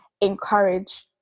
encourage